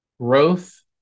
growth